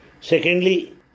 Secondly